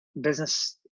business